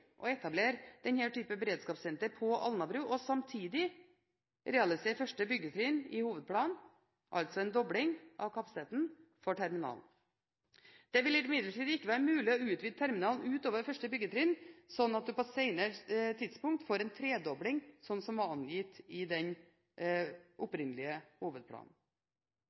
type beredskapssenter på Alnabru og samtidig realisere første byggetrinn i hovedplanen – altså en dobling av kapasiteten for terminalen. Det vil imidlertid ikke være mulig å utvide terminalen utover første byggetrinn, sånn at man på et senere tidspunkt får en tredobling, som det var angitt i den opprinnelige hovedplanen.